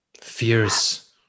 Fierce